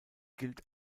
gilt